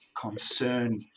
concern